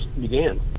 began